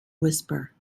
whisper